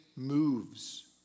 moves